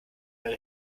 mehr